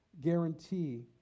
guarantee